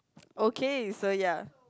okay so ya